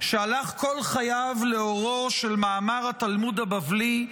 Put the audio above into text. שהלך כל חייו לאורו של מאמר התלמוד הבבלי,